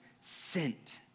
sent